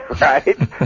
Right